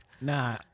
nah